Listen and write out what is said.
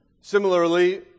Similarly